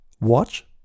Watch